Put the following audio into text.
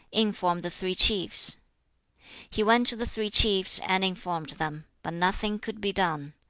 inform the three chiefs he went to the three chiefs and informed them, but nothing could be done.